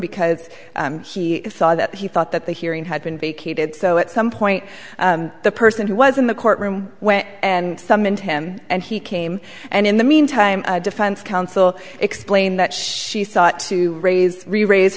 because he saw that he thought that the hearing had been vacated so at some point the person who was in the courtroom went and summoned him and he came and in the meantime defense counsel explained that she sought to raise reraise